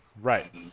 right